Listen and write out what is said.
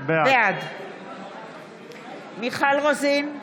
בעד מיכל רוזין,